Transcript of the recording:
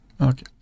Okay